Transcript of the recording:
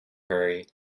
hurry